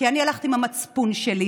כי אני הלכתי עם המצפון שלי.